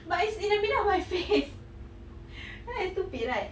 but it's in the middle of my face then like stupid right